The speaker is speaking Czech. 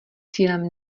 cílem